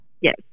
Yes